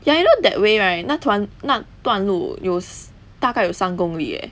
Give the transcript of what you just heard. ya you know that way right 那团那段路有大概有三公里 eh